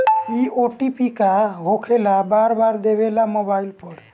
इ ओ.टी.पी का होकेला बार बार देवेला मोबाइल पर?